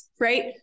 right